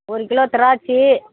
ஒரு கிலோ திராட்சை